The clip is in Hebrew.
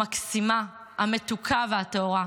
המקסימה, המתוקה והטהורה.